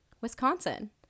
Wisconsin